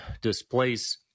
displace